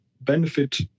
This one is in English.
benefit